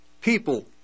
people